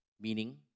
meaning